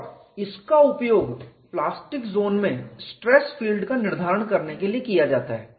और इसका उपयोग प्लास्टिक जोन में स्ट्रेस फील्ड का निर्धारण करने के लिए किया जाता है